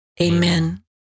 Amen